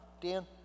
Dan